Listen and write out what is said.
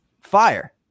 Fire